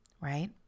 right